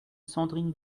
sandrine